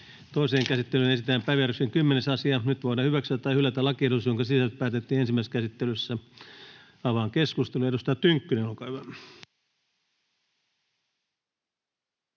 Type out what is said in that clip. Toiseen käsittelyyn esitellään päiväjärjestyksen 11. asia. Nyt voidaan hyväksyä tai hylätä lakiehdotukset, joiden sisällöstä päätettiin ensimmäisessä käsittelyssä. — Avaan keskustelun. Edustaja Tynkkynen, olkaa hyvä.